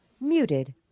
Muted